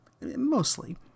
Mostly